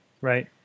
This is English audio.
Right